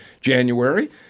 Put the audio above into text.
January